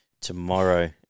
tomorrow